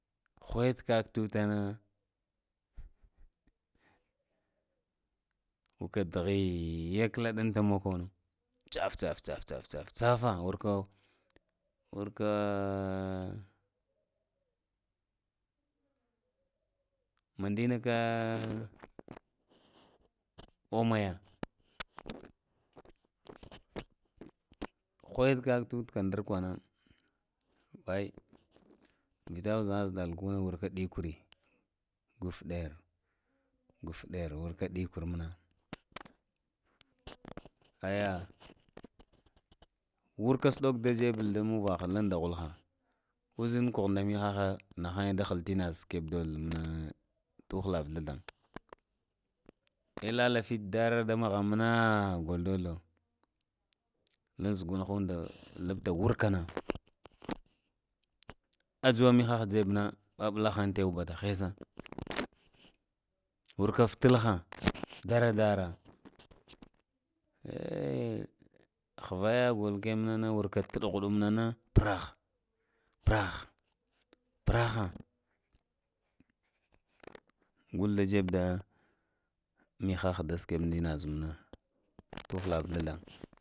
Hudə kaka tatadə warka dagheece. kalaɗənta mokonino caf-caf-caf-caffə warka maəndə naka umaya hoit ka tufude na kwdorkwa nanpai vita uzanŋ nə zaɗalubo na warka nəkor ɗufnər gufnar warka nikov manna əeh ayah wurka suɗoko jebe dum muvah lunz adhal haha uzin kuho da mihaha nahanghe dhulgho muna tuhula vughvulnz, ahe ahe lala fita darra da vala maghnŋ mana ghal dogho, len dhghanho da luffa warka na kajuwa nu haha jebe na ɓaɓulahan tawa bata haisa worka futaha daradara ghva ya ghulke manŋna worka tude ghananŋme na mana prave prahe prahe praha praha ghul da jebe da mihaha da sukuɓe da inna zo tula ghu ghalnŋ.